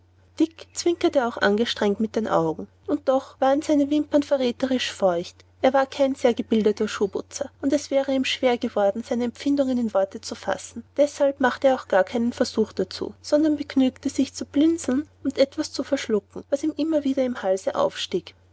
dick zwinkerte auch angestrengt mit den augen und doch waren seine wimpern verräterisch feucht er war kein sehr gebildeter schuhputzer und es wäre ihm schwer geworden seine empfindungen in worte zu fassen deshalb machte er auch gar keinen versuch dazu sondern begnügte sich zu blinzeln und etwas zu verschlucken was ihm immer wieder im halse aufstieg